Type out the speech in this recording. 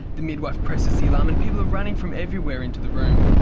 the midwife presses the alarm and people are running from everywhere into the room.